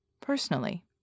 personally